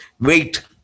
wait